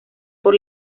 por